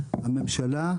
הממשלה,